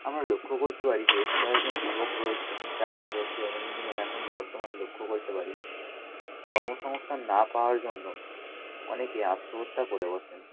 আমরা লক্ষ্য করতে পারি বেশ কয়েকজন যুবক রয়েছেন যা আমাদের দৈনন্দিন জীবনে এখন বর্তমানে লক্ষ্য করতে পারি কর্ম সংস্থান না পাওয়ার জন্য অনেকেই আত্মহত্যা করে বসেন